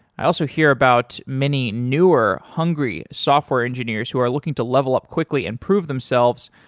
i also hear about many newer hungry software engineers who are looking to level up quickly and prove themselves,